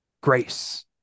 grace